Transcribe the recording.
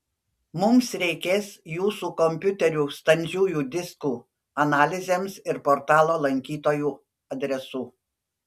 mums reikės jūsų kompiuterių standžiųjų diskų analizėms ir portalo lankytojų adresų